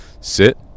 sit